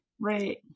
right